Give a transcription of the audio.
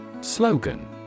Slogan